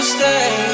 Stay